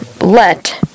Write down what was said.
let